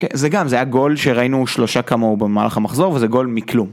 כן, זה גם, זה היה גול שראינו שלושה כמוהו במהלך המחזור, וזה גול מכלום.